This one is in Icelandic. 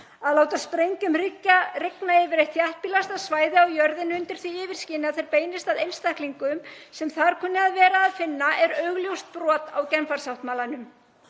Að láta sprengjum rigna yfir eitt þéttbýlasta svæði á jörðinni undir því yfirskini að þær beinist að einstaklingum sem þar kunni að vera að finna er augljóst brot á Genfarsáttmálanum.